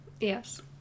Yes